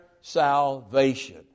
salvation